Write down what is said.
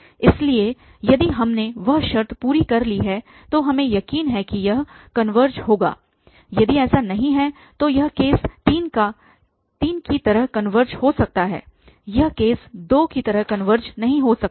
इसलिए यदि हमने वह शर्त पूरी कर ली है तो हमें यकीन है कि यह कनवर्ज होगा यदि ऐसा नहीं है तो यह केस 3 की तरह कनवर्ज हो सकता है यह केस 2 की तरह कनवर्ज नहीं हो सकता है